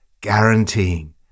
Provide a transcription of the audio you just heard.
guaranteeing